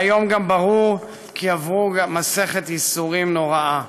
והיום גם ברור שעברו מסכת ייסורים נוראה.